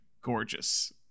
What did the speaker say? gorgeous